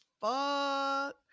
fuck